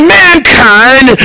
mankind